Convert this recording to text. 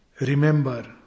Remember